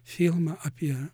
filmą apie